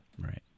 Right